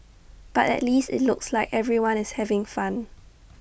but at least IT looks like everyone is having fun